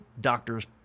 doctors